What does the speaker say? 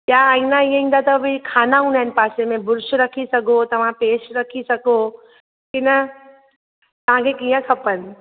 ॿिया आइना ईअं ईंदा अथव खाना हूंदा आहिनि पासे में ब्रुश रखी सघो तव्हां पेस्ट रखी सघो हिन तव्हांखे कीअं खपनि